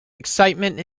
excitement